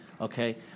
okay